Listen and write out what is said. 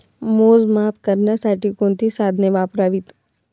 मोजमाप करण्यासाठी कोणती साधने वापरावीत?